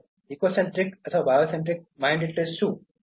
eco centric અથવા biocentric mindset શું છે